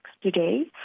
today